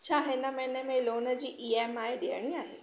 छा हिन महिने में लोन जी ई एम आई ॾियणी आहे